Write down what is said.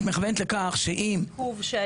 העיכוב שהיה.